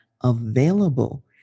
available